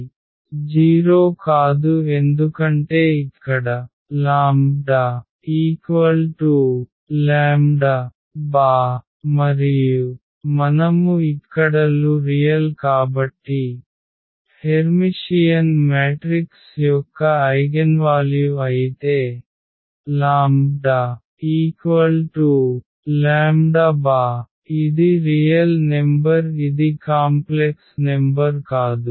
0 కాదు ఎందుకంటే ఇక్కడ λ మరియు మనము ఇక్కడ లు రియల్ కాబట్టి హెర్మిషియన్ మ్యాట్రిక్స్ యొక్క ఐగెన్వాల్యు అయితే λ ఇది రియల్ నెంబర్ ఇది కాంప్లెక్స్ నెంబర్ కాదు